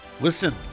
Listen